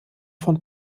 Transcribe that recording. von